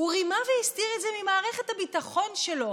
הוא רימה והסתיר את זה ממערכת הביטחון שלו,